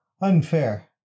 unfair